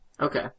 Okay